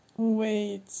Wait